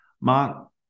Mark